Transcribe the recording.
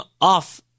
off